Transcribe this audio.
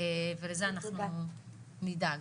ולזה אנחנו נדאג.